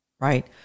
right